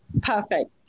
Perfect